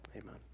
Amen